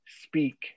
Speak